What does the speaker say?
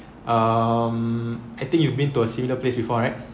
um I think you've been to a similar place before right